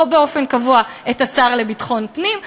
או באופן קבוע את השר לביטחון פנים.